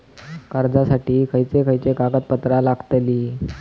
कर्जासाठी खयचे खयचे कागदपत्रा लागतली?